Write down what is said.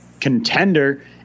contender